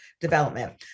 development